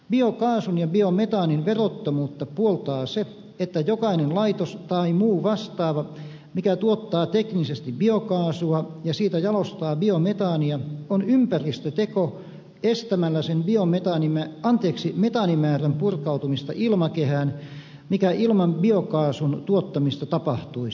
biokaasun ja biometaanin verottomuutta puoltaa se että jokainen laitos tai muu vastaava mikä tuottaa teknisesti biokaasua ja siitä jalostaa biometaania on ympäristöteko estämällä sen metaanimäärän purkautumista ilmakehään mikä ilman biokaasun tuottamista tapahtuisi